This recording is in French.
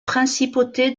principautés